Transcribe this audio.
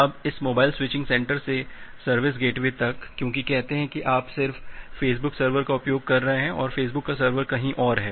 अब इस mobile switching center से सर्विस गेटवे तक क्योंकि कहते हैं कि आप सिर्फ फेसबुक सर्वर का उपयोग कर रहे हैं और फेसबुक का सर्वर कहीं और है